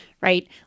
right